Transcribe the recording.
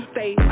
Stay